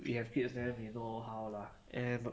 we have kids then we know how lah and